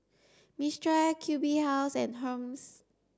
Mistral Q B House and Hermes